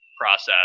process